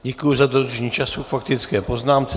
Děkuji za dodržení času k faktické poznámce.